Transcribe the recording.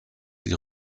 die